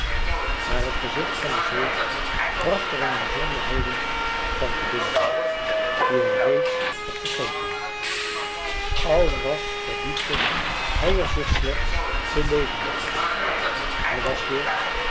maar het gezicht van de zee bracht er hem bijzonderheden van te binnen die hij reeds had vergeten alras verdiepte hij er zich slechts te levendiger in hij was weer